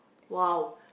!wow!